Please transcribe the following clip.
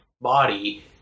body